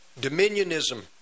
Dominionism